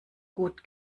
gut